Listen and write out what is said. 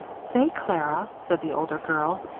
say, clara, said the older girl,